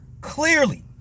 clearly